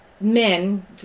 men